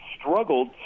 struggled